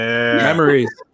Memories